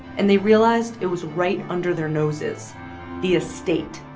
and they realized it was right under their noses the estate,